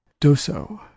doso